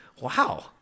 Wow